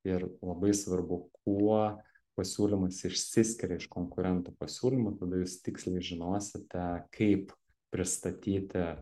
ir labai svarbu kuo pasiūlymas išsiskiria iš konkurentų pasiūlymų tada jūs tiksliai žinosite kaip pristatyti